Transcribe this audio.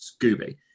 Scooby